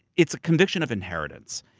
it's a conviction of inheritance.